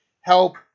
help